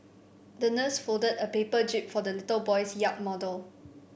the nurse folded a paper jib for the little boy's yacht model